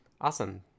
Awesome